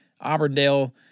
Auburndale